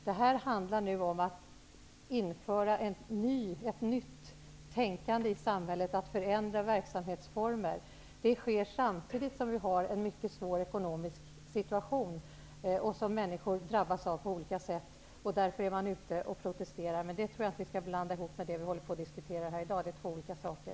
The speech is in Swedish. Detta handlar om att införa ett nytt tänkande i samhället, att förändra verksamhetsformer. Det sker samtidigt som vi har en mycket svår ekonomisk situation som människor drabbas av på olika sätt. Därför är man ute och protesterar, men den saken skall vi inte blanda ihop med det vi diskuterar här i dag. Det är två olika saker.